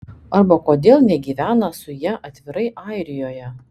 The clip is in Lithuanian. arba kodėl negyvena su ja atvirai airijoje